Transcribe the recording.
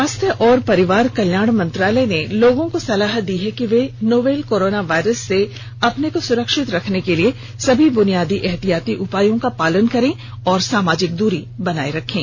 स्वास्थ्य और परिवार कल्याण मंत्रालय ने लोगों को सलाह दी है कि वे नोवल कोरोना वायरस से अपने को सुरक्षित रखने के लिए सभी बुनियादी एहतियाती उपायों का पालन करें और सामाजिक दूरी बनाए रखें